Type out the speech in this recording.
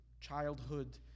childhood